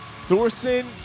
Thorson